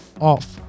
off